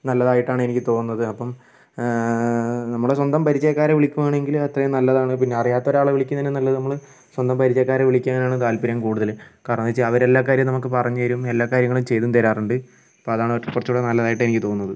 നല്ലതായിട്ടാണ് എനിക്ക് തോന്നുന്നത് അപ്പം നമ്മുടെ സ്വന്തം പരിചയക്കാരെ വിളിക്കുവാണെങ്കിൽ അത്രയും നല്ലതാണ് പിന്നെ അറിയാതൊരാളെ വിളിക്കുന്നതിലും നല്ലത് നമ്മൾ സ്വന്തം പരിചയക്കാരെ വിളിക്കാനാണ് താൽപര്യം കൂടുതൽ കാരണം എന്താ വെച്ചാൽ അവർ എല്ലാ കാര്യങ്ങളും നമുക്ക് പറഞ്ഞ് തരും എല്ലാ കാര്യങ്ങളും ചെയ്തും തരാറുണ്ട് അപ്പോൾ അതാണ് കുറച്ചൂടെ നല്ലതായിട്ട് എനിക്ക് തോന്നുന്നത്